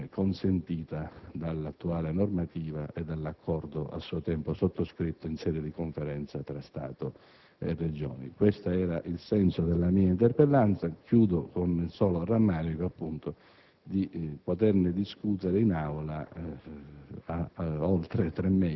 non consentita dall'attuale normativa e dall'accordo a suo tempo sottoscritto in sede di Conferenza Stato-Regioni. Questo era il senso della mia interpellanza. Concludo con il solo rammarico di poterne discutere in Aula